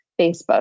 Facebook